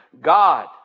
God